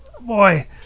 boy